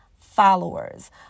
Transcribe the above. followers